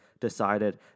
decided